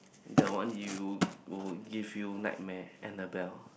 that one you will give you nightmare Anabelle